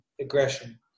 aggression